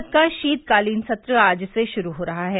संसद का शीतकालीन सत्र आज से शुरू हो रहा है